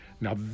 Now